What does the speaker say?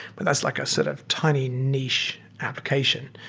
but that's like a set of tiny niche application.